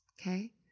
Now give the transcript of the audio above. Okay